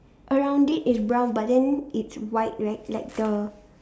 around it is brown but then it's white right like the